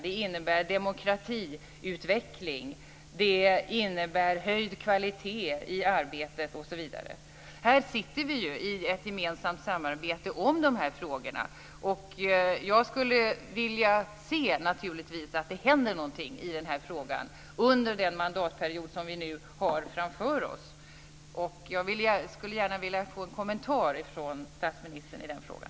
Det innebär demokratiutveckling. Det innebär höjd kvalitet i arbetet osv. Vi sitter ju i ett gemensamt samarbete om de här frågorna. Jag skulle naturligtvis vilja se att det händer någonting i den här frågan under den mandatperiod som vi nu har framför oss. Jag skulle gärna vilja få en kommentar från statsministern i den frågan.